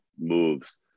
moves